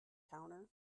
counter